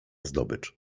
zdobycz